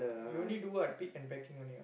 you only do what pick and packing only ah